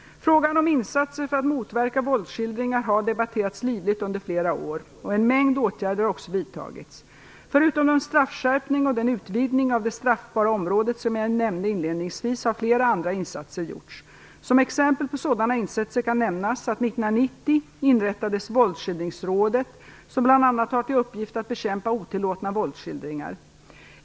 Frågan om insatser för att motverka våldsskildringar har debatterats livligt under flera år, och en mängd åtgärder har också vidtagits. Förutom den straffskärpning och den utvidgning av det straffbara området, som jag nämnde inledningsvis, har flera andra insatser gjorts. Som exempel på sådana insatser kan nämnas att 1990 inrättades Våldsskildringsrådet som bl.a. har till uppgift att bekämpa otillåtna våldsskildringar.